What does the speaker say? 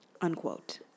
unquote